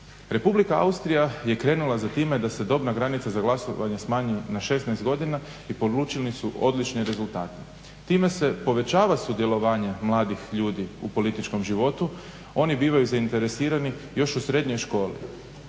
Republika Austrija je krenula za time da se dobna granica za glasovanje smanji na 16 godina i polučeni su odlični rezultati. Time se povećava sudjelovanje mladih ljudi u političkom životu, oni bivaju zainteresirani još u srednjoj školi.